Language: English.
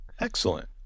Excellent